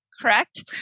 correct